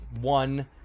one